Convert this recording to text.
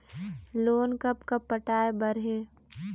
Loan कब कब पटाए बर हे?